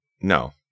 no